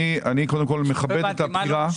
היא ראויה.